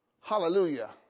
Hallelujah